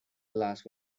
las